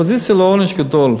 אופוזיציה זה לא עונש גדול,